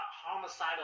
homicidal